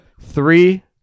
three